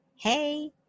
Hey